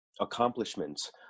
accomplishments